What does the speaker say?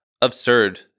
absurd